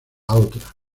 otra